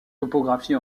topographie